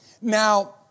Now